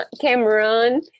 Cameron